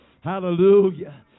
Hallelujah